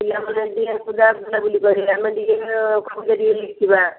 ପିଲାମାନେ ଟିକେ ପୂଜା ପୂଜା ବୁଲି ପାରିବେ ଆମେ ଟିକେ ଦେଖିବା